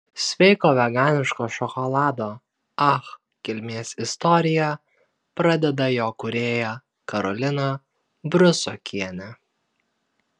sveiko veganiško šokolado ach kilmės istoriją pradeda jo kūrėja karolina brusokienė